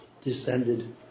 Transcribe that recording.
descended